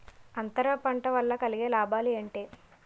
అంతర పంట వల్ల కలిగే లాభాలు ఏంటి